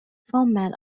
format